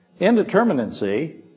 indeterminacy